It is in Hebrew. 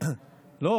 כמה טלפונים כשרים יש?